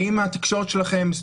האם התקשורת שלכם,